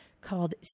called